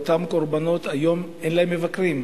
אותם קורבנות היום אין להם מבקרים,